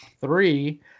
three